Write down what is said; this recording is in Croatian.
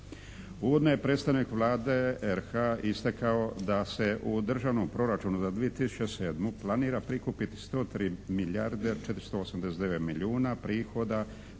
Uvodno je predstavnik Vlade RH istakao da se u Državnom proračunu za 2007. planira prikupiti 103 milijarde 489 milijuna prihoda